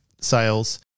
sales